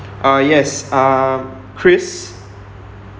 ah yes um chris